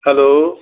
hello